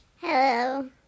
Hello